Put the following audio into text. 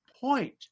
point